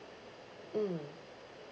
mm